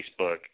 Facebook